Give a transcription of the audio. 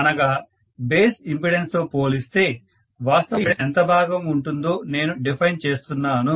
అనగా base impedance తో పోలిస్తే వాస్తవ ఇంపెడెన్స్ ఎంత భాగం ఉంటుందో నేను డిఫైన్ చేస్తున్నాను